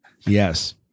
Yes